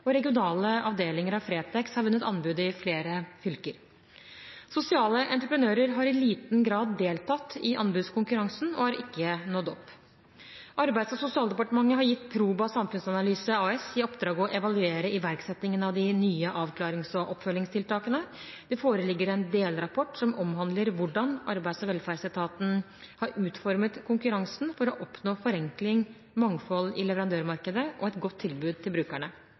og regionale avdelinger av Fretex har vunnet anbud i flere fylker. Sosiale entreprenører har i liten grad deltatt i anbudskonkurransen og har ikke nådd opp. Arbeids- og sosialdepartementet har gitt Proba samfunnsanalyse i oppdrag å evaluere iverksettingen av de nye avklarings- og oppfølgingstiltakene. Det foreligger en delrapport som omhandler hvordan Arbeids- og velferdsetaten har utformet konkurransen for å oppnå forenkling, mangfold i leverandørmarkedet og et godt tilbud til brukerne.